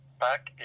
back